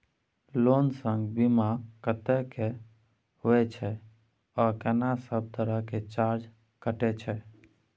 Loan संग बीमा कत्ते के होय छै आ केना सब तरह के चार्ज कटै छै?